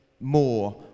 more